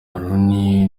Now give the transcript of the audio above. ronnie